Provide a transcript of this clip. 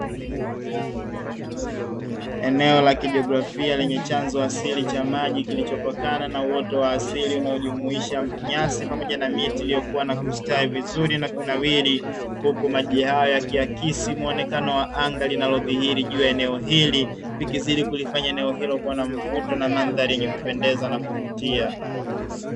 Eneo la kijiografia lenye chanzo asili cha maji kilichopokana na wote wa asili unaojumuisha nyasi pamoja na miti iliyokuwa na kustawi vizuri na kunawiri, huku maji haya ya kiakisi muonekano wa anga linalodhihiri juu ya eneo hili likizidi kulifanya eneo hilo bwana mvuto na mandhari yenye kupendeza na kuvutia.